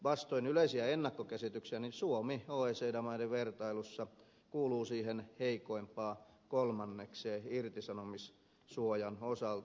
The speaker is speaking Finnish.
vastoin yleisiä ennakkokäsityksiä suomi oecd maiden vertailussa kuuluu siihen heikoimpaan kolmannekseen irtisanomissuojan osalta